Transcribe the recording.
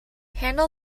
handle